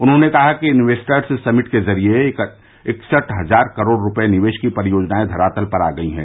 उन्होंने कहा कि इंवेस्टर्स समिट के ज़रिये इकसठ हज़ार करोड़ रूपये निवेश की परियोजनाएं धरातल पर आ गई है